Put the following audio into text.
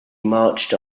marched